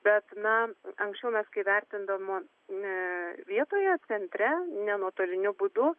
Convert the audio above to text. bet na anksčiau mes kai vertindavom ne vietoje centre ne nuotoliniu būdu